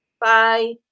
Bye